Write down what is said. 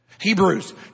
Hebrews